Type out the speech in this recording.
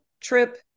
trip